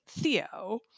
Theo